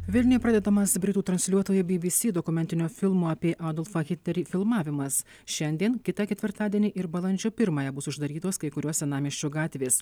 vilniuje pradedamas britų transliuotojo by by sy dokumentinio filmo apie adolfą hitlerį filmavimas šiandien kitą ketvirtadienį ir balandžio pirmąją bus uždarytos kai kurios senamiesčio gatvės